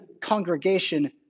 congregation